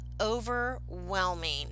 overwhelming